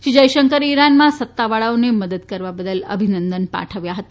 શ્રી જયશંકરે ઈરાનમાં સત્તા વાળાઓને મદદ કરવા બદલ અભિનંદન પાઠવ્યા હતા